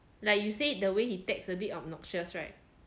like you say the way he text a bit obnoxious right